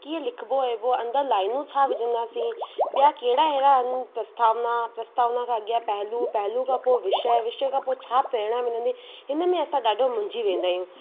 कीअं लिखबो ऐं अंदरि लाइनूं छा विझंदासीं ॿिया कहिड़ा आहिनि प्रस्थावना प्रस्तावना खां अॻियां पेहलू पेहलू खां पोइ विषय विषय खां पोइ छा प्रेरणा मिलंदी हिनमें असां ॾाढो मुंझी वेंदा आहियूं